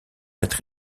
être